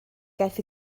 gaeth